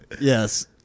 yes